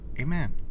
Amen